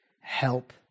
help